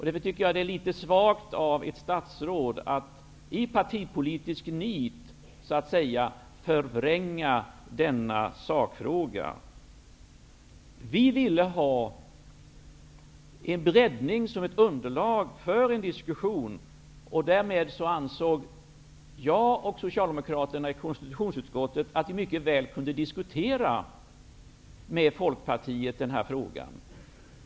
Därför tycker jag att det är litet svagt av ett statsråd att i partipolitiskt nit så att säga förvränga denna sakråga. Vi ville ha en breddning som ett underlag för en diskussion. Därmed ansåg jag och socialdemokraterna i konstitutionsutskottet att vi mycket väl kunde diskutera med Folkpartiet i den här frågan.